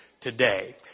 today